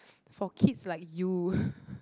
for kids like you